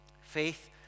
Faith